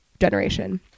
generation